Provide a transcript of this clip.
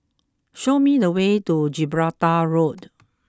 show me the way to Gibraltar Road